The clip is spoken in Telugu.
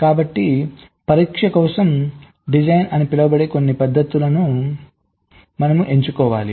కాబట్టి పరీక్ష కోసం డిజైన్ అని పిలువబడే కొన్ని పద్ధతులను మనము ఎంచుకోవాలి